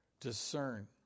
discern